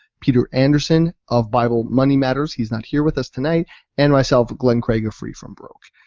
peter anderson of bible money matters, he's not here with us tonight and myself, glen craig of free from broke.